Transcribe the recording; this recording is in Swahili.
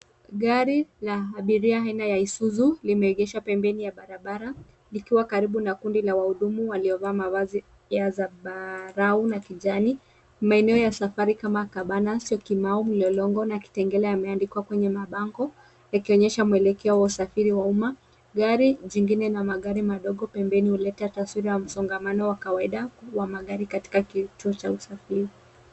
Gari la abiria aina la isuzu limeegeshwa pembeni ya barabara likiwa karibu na kundi la wahudumu waliovaa mavazi ya zambarau na kijani. Maeneo ya safari kama Kabanas, Syokimau, Mlolongo na Kitengela yameandikwa kwenye mabango likionyesha mwelekeo wa usafiri wa umma. Gari jingine na magari mengine madogo pembeni, unaleta tafsiri wa msongamano wa kawaida wa magari katika kituo cha usafiri.